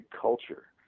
culture